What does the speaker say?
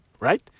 Right